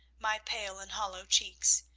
my pale and hollow cheeks.